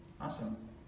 Awesome